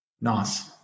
Nice